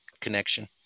connection